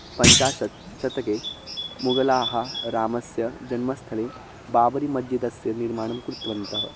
पञ्चाशत् शतके मुघलाः रामस्य जन्मस्थले बाबरिमज्जिदस्य निर्माणं कृतवन्तः